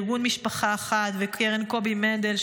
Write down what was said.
ארגון "משפחה אחת" וקרן קובי מנדל,